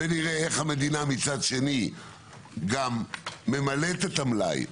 ונראה איך המדינה מצד שני גם ממלאה את המלאי.